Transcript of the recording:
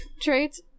traits